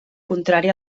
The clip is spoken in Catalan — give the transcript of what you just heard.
contrari